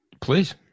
please